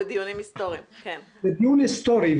זה דיון היסטורי.